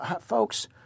folks